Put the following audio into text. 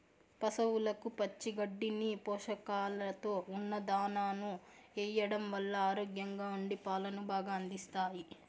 పసవులకు పచ్చి గడ్డిని, పోషకాలతో ఉన్న దానాను ఎయ్యడం వల్ల ఆరోగ్యంగా ఉండి పాలను బాగా అందిస్తాయి